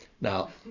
now